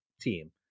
team